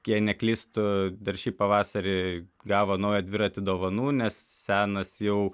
jei neklystu dar šį pavasarį gavo naują dviratį dovanų nes senas jau